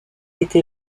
était